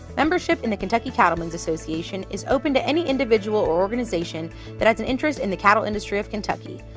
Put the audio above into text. membership in the kentucky cattlemen's association is open to any individual or organization that has an interest in the cattle industry of kentucky.